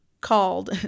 called